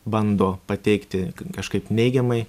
bando pateikti kažkaip neigiamai